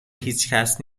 هیچکس